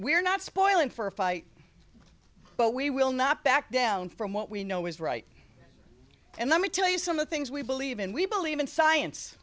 are not spoiling for a fight but we will not back down from what we know is right and let me tell you some of the things we believe in we believe in science